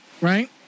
Right